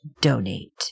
donate